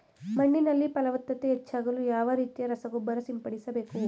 ಮಣ್ಣಿನಲ್ಲಿ ಫಲವತ್ತತೆ ಹೆಚ್ಚಾಗಲು ಯಾವ ರೀತಿಯ ರಸಗೊಬ್ಬರ ಸಿಂಪಡಿಸಬೇಕು?